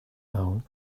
down